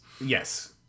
yes